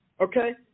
Okay